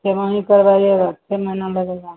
छमाही करवाइएगा छह महीना में लगेगा